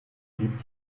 blieb